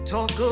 Talk